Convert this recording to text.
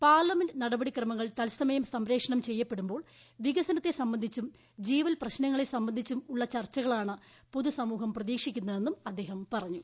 parliament നടപടി ക്രമങ്ങൾ തത്സമയം സംപ്രേഷണം ചെയ്യപ്പെടുമ്പോൾ വികസനത്തെ സംബന്ധിച്ചും ജീവൽപ്രശ്നങ്ങളെ സംബന്ധിച്ചും ഉള്ള ചർച്ചകളാണ് പൊതുസമൂഹം പ്രതീക്ഷിക്കുന്നതെന്നും അദ്ദേഹം പറഞ്ഞു